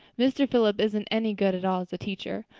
mr. phillips isn't any good at all as a teacher.